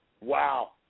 wow